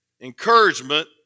encouragement